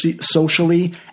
socially